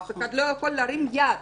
אף אחד לא יכול להרים יד.